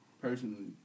personally